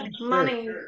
money